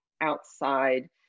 outside